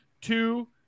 two